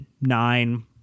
nine